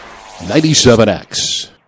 97X